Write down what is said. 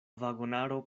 vagonaro